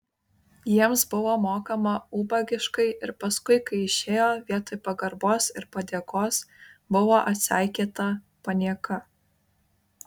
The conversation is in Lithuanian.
jiems buvo mokama ubagiškai ir paskui kai išėjo vietoj pagarbos ir padėkos buvo atseikėta panieka